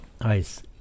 Nice